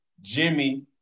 jimmy